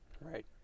Right